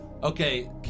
Okay